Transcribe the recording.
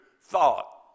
thought